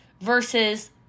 Versus